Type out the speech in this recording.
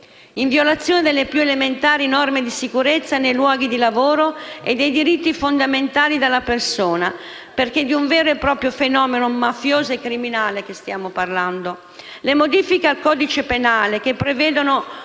in violazione delle più elementari norme di sicurezza nei luoghi di lavoro e dei diritti fondamentali della persona, perché è di un vero e proprio fenomeno mafioso e criminale che stiamo parlando. Le modifiche al codice penale che prevedono